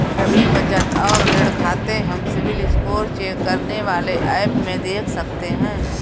सभी बचत और ऋण खाते हम सिबिल स्कोर चेक करने वाले एप में देख सकते है